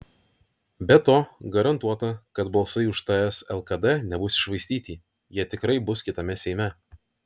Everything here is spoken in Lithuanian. be to garantuota kad balsai už ts lkd nebus iššvaistyti jie tikrai bus kitame seime